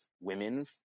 women